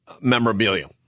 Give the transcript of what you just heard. memorabilia